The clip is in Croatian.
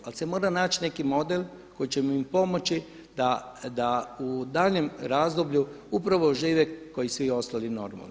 Ali se mora naći neki model koji će im pomoći da u daljnjem razdoblju upravo žive kao i svi ostali normalni.